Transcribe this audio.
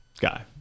guy